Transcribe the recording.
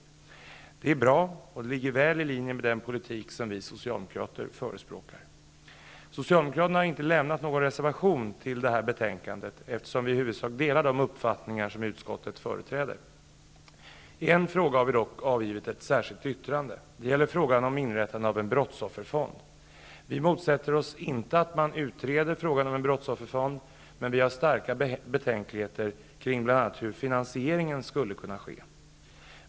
Detta är bra och ligger väl i linje med den politik som vi Socialdemokrater förespråkar. Socialdemokraterna har inte lämnat någon reservation till det här betänkandet, eftersom vi i huvudsak delar de uppfattningar som utskottet företräder. I en fråga har vi dock avgivit ett särskilt yttrande. Det gäller frågan om inrättande av en brottsofferfond. Vi motsätter oss inte att man utreder frågan om en brottsofferfond, men vi har starka betänkligheter kring bl.a. hur finansieringen skulle kunna ske.